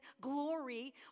glory